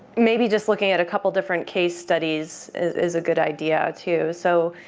maybe just looking at a couple different case studies is is a good idea too. so,